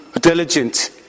diligent